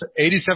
87%